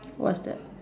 what's that